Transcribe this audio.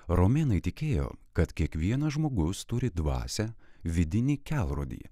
romėnai tikėjo kad kiekvienas žmogus turi dvasią vidinį kelrodį